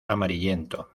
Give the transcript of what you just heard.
amarillento